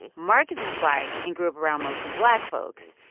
and marcus is black and grew up around mostly black folks.